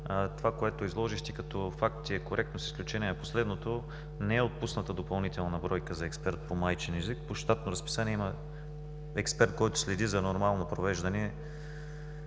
това, което изложихте като факти, е коректно, с изключение на последното – не е отпусната допълнителна бройка за експерт по майчин език. По щатно разписание има експерт, който следи за нормално провеждане